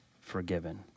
forgiven